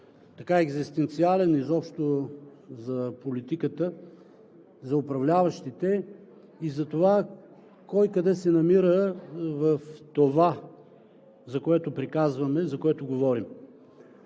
е екзистенциален, изобщо за политиката, за управляващите и за това кой къде се намира в това, за което приказваме, за което говорим.